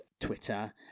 twitter